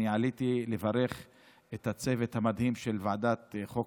אני עליתי לברך את הצוות המדהים של ועדת חוקה,